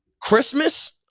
Christmas